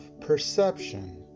perception